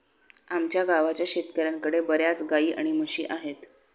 आमच्या गावाच्या शेतकऱ्यांकडे बर्याच गाई आणि म्हशी आहेत